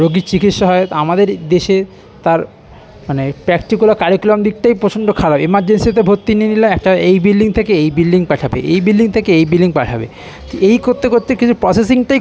রোগীর চিকিৎসা হয় তা আমাদের দেশে তার মানে প্র্যাক্টিকাল কারিকুলাম দিকটাই প্রচণ্ড খারাপ এমার্জেন্সিতে ভর্তি নিয়ে নিলে একটা এই বিল্ডিং থেকে এই বিল্ডিং পাঠাবে এই বিল্ডিং থেকে এই বিল্ডিং পাঠাবে এই করতে করতে কিন্তু প্রসেসিংটাই